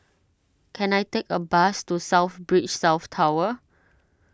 can I take a bus to South Beach South Tower